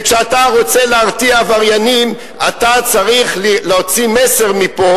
כשאתה רוצה להרתיע עבריינים אתה צריך להוציא מסר מפה